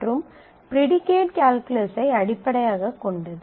மற்றும் ப்ரீடிகேட் கால்குலஸை அடிப்படையாகக் கொண்டது